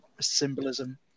symbolism